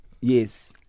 Yes